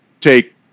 take